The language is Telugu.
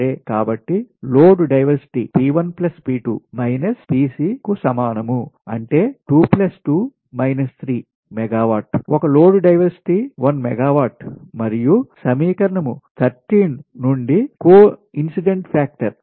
కాబట్టి load diversity P1 P2 Pc కు సమానం అంటే 2 2 3 మెగావాట్ ఒక లోడ్ డైవర్సిటీ 1 మెగావాట్ మరియు సమీకరణం పదమూడు నుండి కోఇన్సిడెన్స్ ఫాక్టర్ CF సరే CF 0